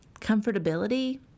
Comfortability